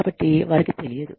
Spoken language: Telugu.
కాబట్టి వారికి తెలియదు